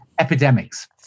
Epidemics